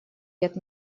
лет